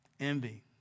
Envy